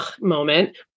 moment